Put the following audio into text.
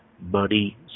Money